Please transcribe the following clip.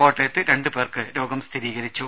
കോട്ടയത്ത് രണ്ടു പേർക്ക് രോഗം സ്ഥിരീകരിച്ചു